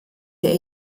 der